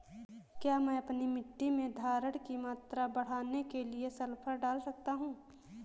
क्या मैं अपनी मिट्टी में धारण की मात्रा बढ़ाने के लिए सल्फर डाल सकता हूँ?